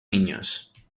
niños